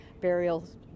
burials